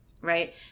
right